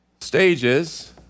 Stages